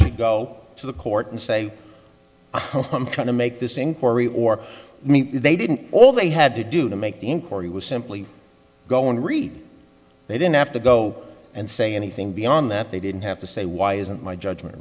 should go to the court and say i'm trying to make this inquiry or me they didn't all they had to do to make the inquiry was simply going to read they didn't have to go and say anything beyond that they didn't have to say why isn't my judgment